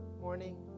morning